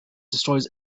destroys